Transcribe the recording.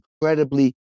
incredibly